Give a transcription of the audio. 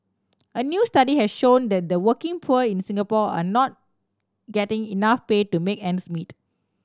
a new study has shown that the working poor in Singapore are not getting enough pay to make ends meet